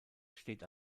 steht